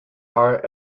are